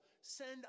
send